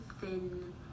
thin